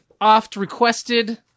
oft-requested